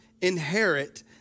inherit